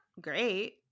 great